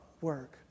work